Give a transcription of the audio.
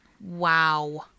Wow